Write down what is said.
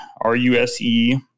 R-U-S-E